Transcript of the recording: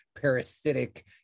parasitic